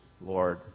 Lord